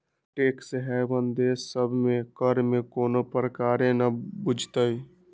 tax haven देश सभ में कर में कोनो प्रकारे न बुझाइत